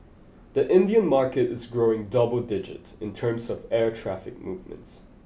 the Indian market is growing double digit in terms of air traffic movements